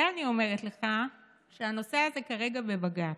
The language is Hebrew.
ואני אומרת לך שהנושא הזה כרגע בבג"ץ.